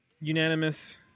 unanimous